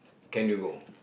can you go